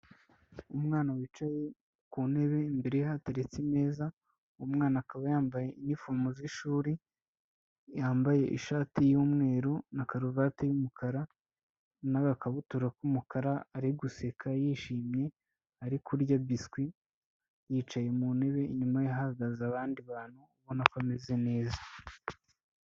Umwana wicaye ku ntebe imbere ye hateretse imeza, uwo mwana akaba yambaye inifomu z'ishuri, yambaye ishati y'umweru na karuvati y'umukara n'agakabutura k'umukara ari guseka yishimye, ari kurya biscuit, yicaye mu ntebe inyuma hahagaze abandi bantu ubona ameze neza.